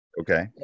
Okay